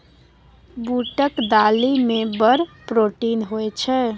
बूटक दालि मे बड़ प्रोटीन होए छै